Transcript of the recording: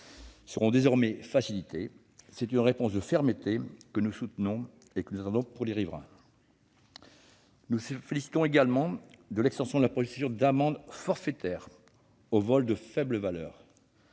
seront désormais facilitées. C'est une réponse de fermeté que nous soutenons et qui est attendue par les riverains. Nous nous félicitons également de l'extension de la procédure d'amende forfaitaire aux vols de faible valeur.